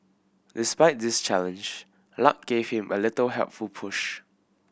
despite this challenge luck gave him a little helpful push